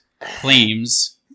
claims